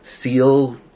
SEAL